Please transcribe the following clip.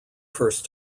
first